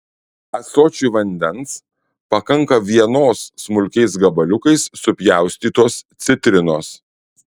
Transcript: ąsočiui vandens pakanka vienos smulkiais gabaliukais supjaustytos citrinos